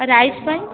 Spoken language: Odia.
ରାଇସ୍ ପାଇଁ